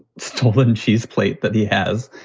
stolen cheese plate that he has,